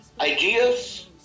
ideas